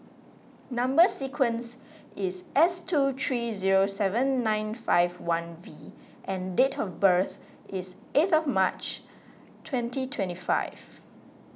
Number Sequence is S two three zero seven nine five one V and date of birth is eighth of March twenty twenty five